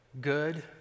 good